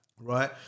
Right